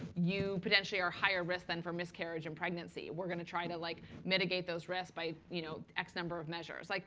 you potentially are higher risk then for miscarriage and pregnancy. we're going to try to like mitigate those risks by you know x number of measures. like